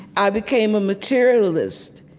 i became a materialist.